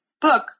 book